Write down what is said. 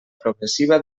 progressiva